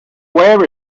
were